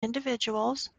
individuals